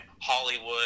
Hollywood